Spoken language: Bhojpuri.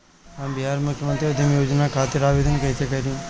हम बिहार मुख्यमंत्री उद्यमी योजना खातिर आवेदन कईसे करी?